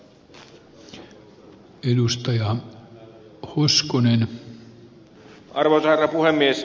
arvoisa herra puhemies